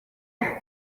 the